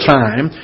time